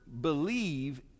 believe